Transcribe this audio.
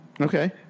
Okay